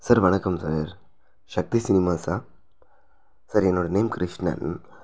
sir வணக்கம் sir Sakthi சினிமாஸா sir என்னோடய நேம் கிருஷ்ணன்